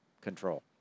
control